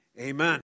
Amen